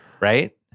Right